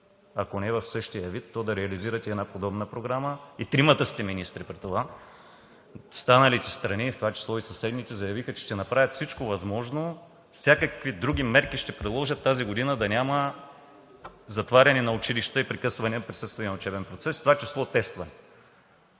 ако не в същия вид, то да реализирате една подобна програма и тримата сте министри при това. Останалите страни, в това число и съседните, заявиха, че ще направят всичко възможно, всякакви други мерки ще приложат тази година да няма затваряне на училища и прекъсване на присъствения учебен процес, в това число тестване.